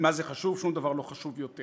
מה זה חשוב, שום דבר לא חשוב יותר.